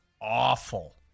awful